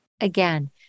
Again